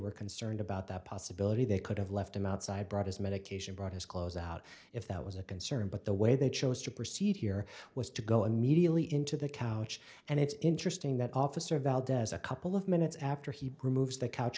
were concerned about the possibility they could have left him outside brought his medication brought his clothes out if that was a concern but the way they chose to proceed here was to go immediately into the coach and it's interesting that officer valdez a couple of minutes after he removes the couch